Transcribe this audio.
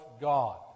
God